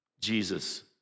Jesus